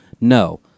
No